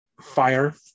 Fire